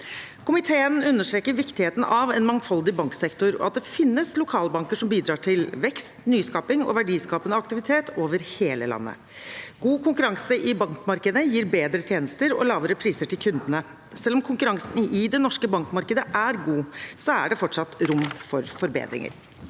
Komiteen understreker viktigheten av en mangfoldig banksektor og at det finnes lokalbanker som bidrar til vekst, nyskaping og verdiskapende aktivitet over hele landet. God konkurranse i bankmarkedet gir bedre tjenester og lavere priser til kundene. Selv om konkurransen i det norske bankmarkedet er god, er det fortsatt rom for forbedringer.